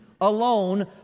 alone